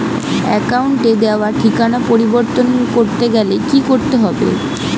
অ্যাকাউন্টে দেওয়া ঠিকানা পরিবর্তন করতে গেলে কি করতে হবে?